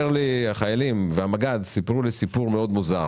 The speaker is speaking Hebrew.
החיילים והמג"ד סיפרו לי סיפור מאוד מוזר